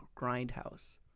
Grindhouse